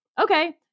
okay